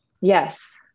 Yes